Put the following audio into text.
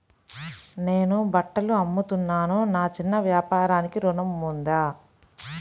నేను బట్టలు అమ్ముతున్నాను, నా చిన్న వ్యాపారానికి ఋణం ఉందా?